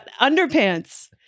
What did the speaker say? underpants